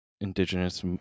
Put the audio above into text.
indigenous